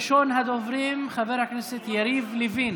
ראשון הדוברים, חבר הכנסת יריב לוין,